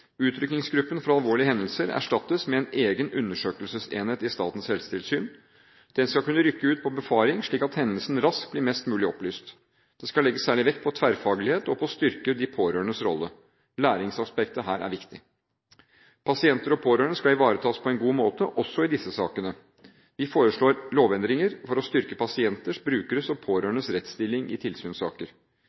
Utrykningsgruppen for alvorlige hendelser erstattes med en egen undersøkelsesenhet i Statens helsetilsyn. Den skal kunne rykke ut på befaring, slik at hendelsen raskt blir mest mulig opplyst. Det skal legges særlig vekt på tverrfaglighet og på å styrke de pårørendes rolle. Læringsaspektet her er viktig. Pasienter og pårørende skal ivaretas på en god måte – også i disse sakene. Vi foreslår lovendringer for å styrke pasienters, brukeres og pårørendes rettsstilling i tilsynssaker.